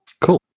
Cool